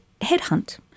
headhunt